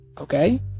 Okay